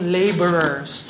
laborers